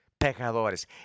pecadores